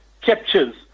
captures